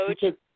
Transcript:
coach